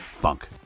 funk